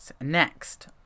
Next